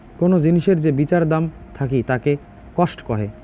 কোন জিনিসের যে বিচার দাম থাকিতাকে কস্ট কহে